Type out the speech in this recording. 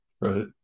right